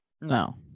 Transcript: No